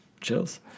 Chills